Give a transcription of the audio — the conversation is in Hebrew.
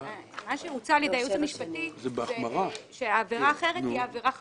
מה שהוצע על ידי הייעוץ המשפטי זה שהעבירה האחרת היא עבירה חמורה.